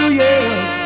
yes